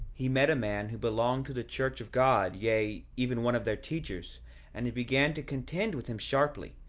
he met a man who belonged to the church of god, yea, even one of their teachers and he began to contend with him sharply,